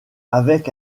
avec